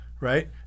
right